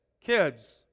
kids